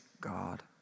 God